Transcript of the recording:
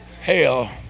hell